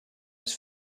his